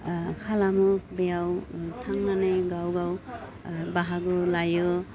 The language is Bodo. खालामो बेयाव थांनानै गाव गाव बाहागो लायो